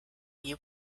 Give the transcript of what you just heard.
you